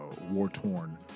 war-torn